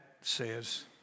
says